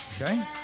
Okay